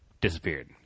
disappeared